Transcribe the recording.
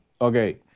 okay